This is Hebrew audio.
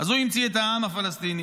ואז הוא המציא את העם הפלסטיני.